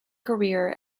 career